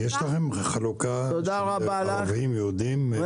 יש לכם חלוקה לפי ערבים, יהודים, חרדים?